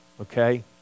Okay